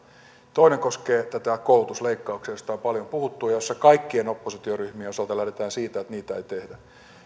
toinen koskee näitä koulutusleikkauksia joista on paljon puhuttu ja joissa kaikkien oppositioryhmien osalta lähdetään siitä että niitä ei tehdä